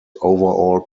overall